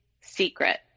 secret